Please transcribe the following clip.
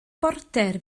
border